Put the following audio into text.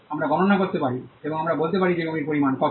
আমরা গণনা করতে পারি এবং আমরা বলতে পারি যে জমির পরিমাণ কত